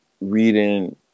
reading